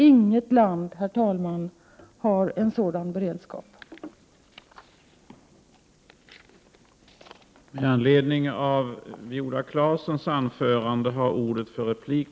Inget land har en sådan beredskap, herr talman.